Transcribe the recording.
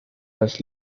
los